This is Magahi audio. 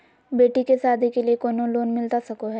बेटी के सादी के लिए कोनो लोन मिलता सको है?